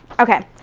okay,